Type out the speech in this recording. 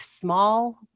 small